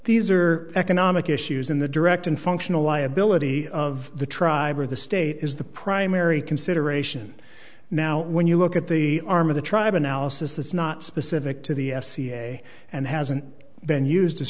these are economic issues in the direct and functional liability of the tribe or the state is the primary consideration now when you look at the arm of the tribe analysis that's not specific to the f c a and hasn't been used as